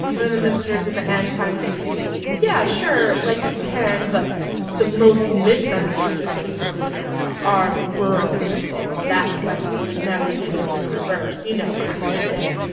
one of the ministers in the end finally concedes, yeah. sure, like, you can, but the most misunderstood people in america are the rural people, and that's why we would never do this in reverse you know, kind of a thing.